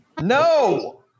No